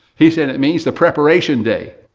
he said, it means the preparation day.